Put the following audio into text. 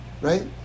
Right